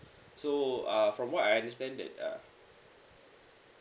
so err from what I understand that uh